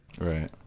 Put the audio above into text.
Right